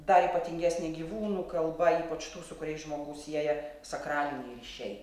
dar ypatingesnė gyvūnų kalba ypač tų su kuriais žmogų sieja sakraliniai ryšiai